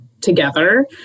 together